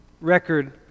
record